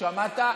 שמעת?